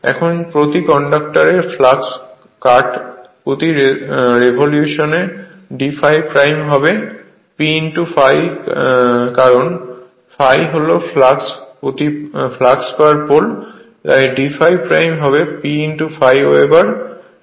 এখন প্রতি কন্ডাক্টরের ফ্লাক্স কাট প্রতি রেভলিউশনে d∅ হবে P ∅ কারণ ∅ হল ফ্লাক্স প্রতি পোল তাই d ∅ হবে P ∅ ওয়েবার